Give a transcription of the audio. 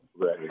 Right